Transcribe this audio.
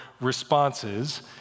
responses